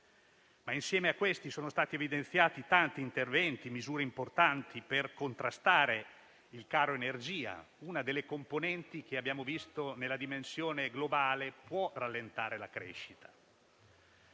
Ma insieme a questi sono stati evidenziati tanti interventi: misure importanti per contrastare il caro energia, una delle componenti che nella dimensione globale può rallentare la crescita,